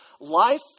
life